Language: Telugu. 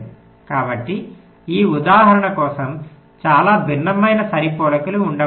కాబట్టి ఈ ఉదాహరణ కోసం చాలా భిన్నమైన సరిపోలికలు ఉండవచ్చు